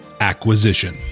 Acquisition